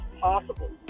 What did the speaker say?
possible